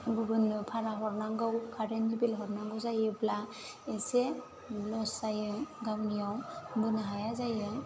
गुबुननो भारा हरनांगौ कारेन बिल हरनांगौ जायोब्ला एसे लस जायो गावनियाव बोनो हाया जायो